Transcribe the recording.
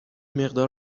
مقدار